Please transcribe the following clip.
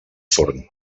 forn